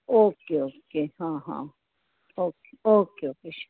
okay okay okay okay